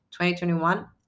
2021